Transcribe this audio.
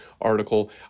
article